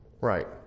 Right